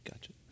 Gotcha